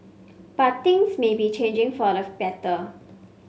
but things may be changing for the better